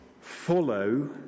follow